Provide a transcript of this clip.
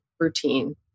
routine